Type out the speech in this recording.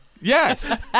Yes